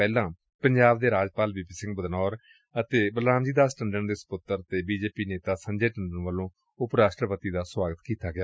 ਪਹਿਲਾਂ ਪੰਜਾਬ ਦੇ ਰਾਜਪਾਲ ਵੀ ਪੀ ਸਿੰਘ ਬਦਨੌਰ ਅਤੇ ਬਲਰਾਮ ਜੀ ਦਾਸ ਟੰਡਨ ਦੇ ਸਪੁੱਤਰ ਤੇ ਬੀ ਜੇ ਪੀ ਨੇਤਾ ਸੰਜੇ ਟੰਡਨ ਵੱਲੋਂ ਉਪ ਰਾਸ਼ਟਰਪਤੀ ਦਾ ਸੁਆਗਤ ਕੀਤਾ ਗਿਆ